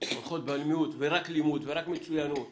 לימוד ורק מצוינות,